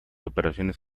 operaciones